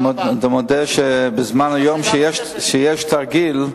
אני מודה שבזמן שיש היום תרגיל,